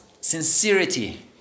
sincerity